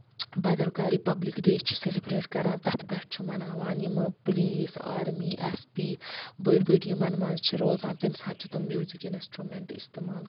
بدل کانہہ republic day چھُ سیلِبریٹ کران تَتھ پٮ۪ٹھ چھُ مَناوان یہِ پُلیٖس آرمی ایس پی بٔڑۍ بٔڑۍ یِمن منٛز چھِ روزان تَمہِ ساتہٕ چھِ تٔمۍ میوٗزِک اِنسٹروٗمینٹ اِستعمال